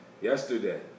yesterday